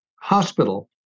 hospital